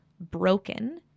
broken